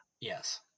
Yes